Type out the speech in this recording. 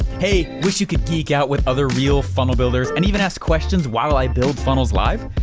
hey, wish you could geek-out with other real funnel builders, and even ask questions, while i build funnels, live?